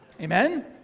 Amen